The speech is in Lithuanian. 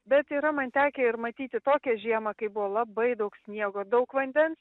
bet yra man tekę ir matyti tokią žiemą kai buvo labai daug sniego daug vandens